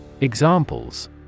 Examples